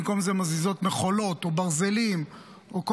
במקום זה מזיזות מכולות או ברזלים או כל